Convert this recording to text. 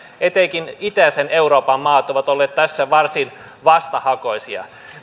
etenkin itäisen euroopan maat ovat olleet tässä varsin vastahakoisia